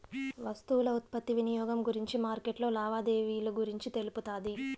వస్తువుల ఉత్పత్తి వినియోగం గురించి మార్కెట్లో లావాదేవీలు గురించి తెలుపుతాది